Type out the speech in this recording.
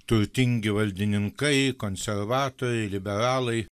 turtingi valdininkai konservatoriai liberalai